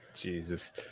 Jesus